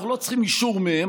אנחנו לא צריכים אישור מהם,